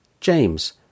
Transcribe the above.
James